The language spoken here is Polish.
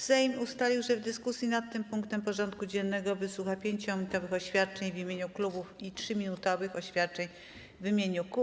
Sejm ustalił, że w dyskusji nad tym punktem porządku dziennego wysłucha 5-minutowych oświadczeń w imieniu klubów i 3-minutowych oświadczeń w imieniu kół.